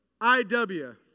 IW